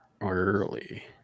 early